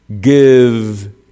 give